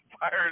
fired